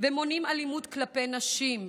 ומונעי אלימות כלפי נשים,